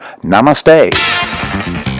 Namaste